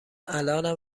الانم